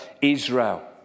Israel